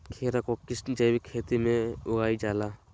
खीरा को किस जैविक खेती में उगाई जाला?